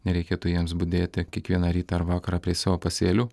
nereikėtų jiems budėti kiekvieną rytą ar vakarą prie savo pasėlių